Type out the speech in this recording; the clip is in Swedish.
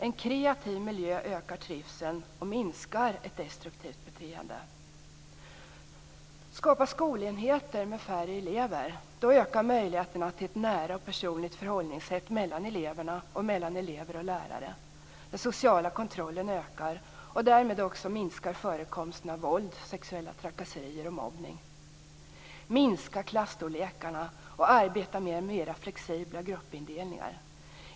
En kreativ miljö ökar trivseln och minskar förekomsten av destruktivt beteende. Skapa skolenheter med färre elever! Då ökar möjligheterna till ett nära och personligt förhållningssätt mellan eleverna och mellan elever och lärare. Den sociala kontrollen ökar, och därmed minskar också förekomsten av våld, sexuella trakasserier och mobbning. Minska klasstorlekarna och arbeta med mera flexibla gruppindelningar!